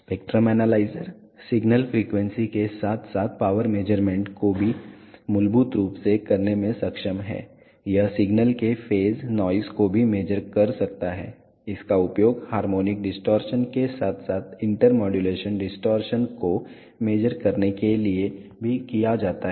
spectrum analyser signal frequency के साथ साथ पावर मेज़रमेंट को भी मूलभूत रूप से करने में सक्षम है यह सिग्नल के फेज नॉइस को भी मेज़र कर सकता है इसका उपयोग हार्मोनिक डिस्टॉरशन के साथ साथ इंटर मॉड्यूलेशन डिस्टॉरशन को मेज़र करने के लिए भी किया जाता है